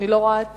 אני לא רואה את